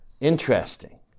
Interesting